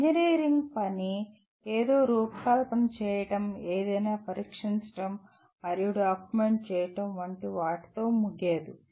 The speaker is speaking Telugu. ఇంజనీర్ పని ఏదో రూపకల్పన చేయడం ఏదైనా పరీక్షించడం మరియు డాక్యుమెంట్ చేయడం వంటి వాటితో ముగియదు